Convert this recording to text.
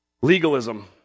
Legalism